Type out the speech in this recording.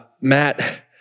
Matt